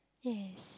yes